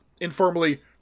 informally